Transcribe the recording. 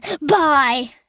Bye